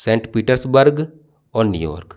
Saint Petersburg और New York